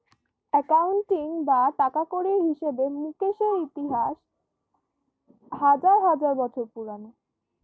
accounting বা টাকাকড়ির হিসেবে মুকেশের ইতিহাস হাজার হাজার বছর পুরোনো